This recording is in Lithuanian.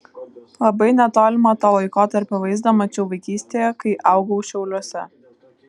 labai netolimą to laikotarpio vaizdą mačiau vaikystėje kai augau šiauliuose